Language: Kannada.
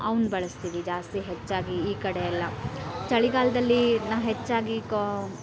ಅವುನ್ನ ಬಳಸ್ತೀವಿ ಜಾಸ್ತಿ ಹೆಚ್ಚಾಗಿ ಈ ಕಡೆಯೆಲ್ಲ ಚಳಿಗಾಲದಲ್ಲಿ ನಾವು ಹೆಚ್ಚಾಗಿ ಕಾ